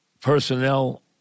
personnel